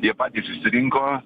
jie patys išsirinko